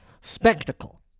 spectacle